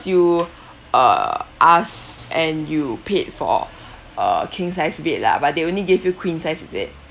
you uh ask and you paid for a king-sized bed lah but they only gave you queen size is it